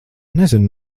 nezina